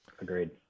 agreed